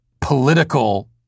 political